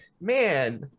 man